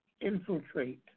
infiltrate